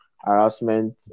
harassment